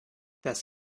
das